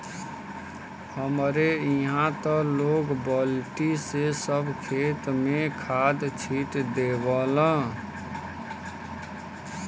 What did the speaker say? हमरे इहां त लोग बल्टी से सब खेत में खाद छिट देवलन